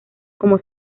como